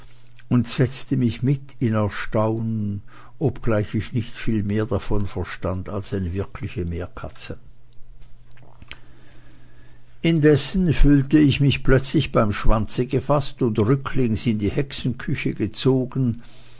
und setzte mich mit in erstaunen obgleich ich nicht viel mehr davon verstand als eine wirkliche meerkatze indessen fühlte ich mich plötzlich beim schwanze gefaßt und rücklings in die hexenküche gezogen